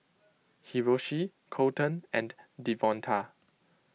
Hiroshi Colton and Devonta